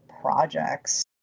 projects